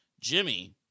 Jimmy